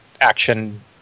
action